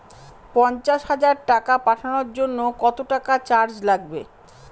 পণ্চাশ হাজার টাকা পাঠানোর জন্য কত টাকা চার্জ লাগবে?